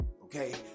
okay